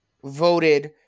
voted